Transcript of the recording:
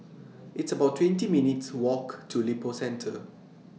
It's about twenty minutes' Walk to Lippo Centre